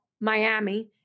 Miami